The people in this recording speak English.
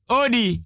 odi